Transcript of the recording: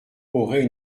aurait